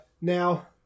Now